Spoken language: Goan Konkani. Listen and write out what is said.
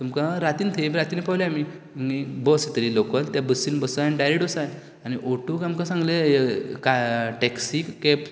तुमकां रातीन थंय रातीन पावले आमी आनी बस थंय लोकल त्या बसीन बसा आनी डायरेक्ट वोसा आनी ओटोक आमकां सांगलें कांय टेक्सी कॅब